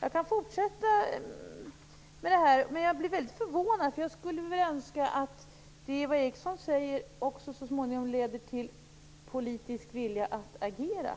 Jag skulle kunna fortsätta med min uppräkning. Jag är väldigt förvånad och önskar nog att det som Eva Eriksson säger så småningom också leder till en politisk vilja att agera.